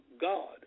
God